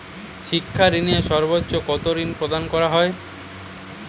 শিক্ষা ঋণে সর্বোচ্চ কতো ঋণ প্রদান করা হয়?